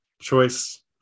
choice